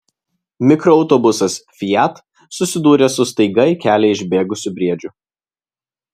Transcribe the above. mikroautobusas fiat susidūrė su staiga į kelią išbėgusiu briedžiu